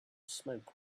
smoke